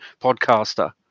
podcaster